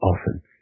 often